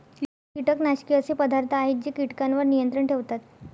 कीटकनाशके असे पदार्थ आहेत जे कीटकांवर नियंत्रण ठेवतात